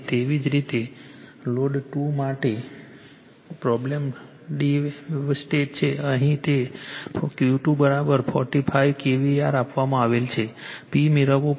તેવી જ રીતે લોડ 2 માટે પ્રોબ્લેમ ટિવસ્ટેડ છે અહીં તે Q2 45 kVAr આપવામાં આવેલ છે P મેળવવું પડશે